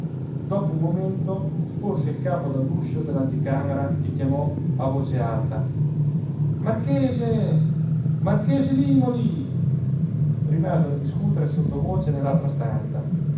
dopo un momento sporse il capo dall'uscio dell'anticamera e chiamò a voce alta marchese marchese limòli rimasero a discutere sottovoce nell'altra stanza